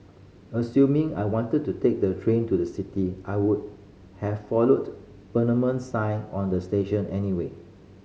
assuming I wanted to take the train to the city I would have followed permanent sign on the station anyway